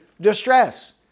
distress